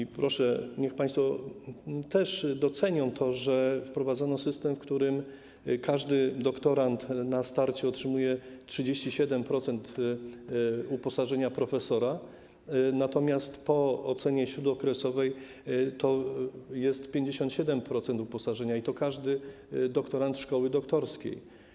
I proszę, niech państwo też docenią to, że wprowadzono system, w którym każdy doktorant na starcie otrzymuje 37% uposażenia profesora, natomiast po ocenie śródokresowej to jest 57% uposażenia, i to każdy doktorant szkoły doktorskiej.